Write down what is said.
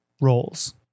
roles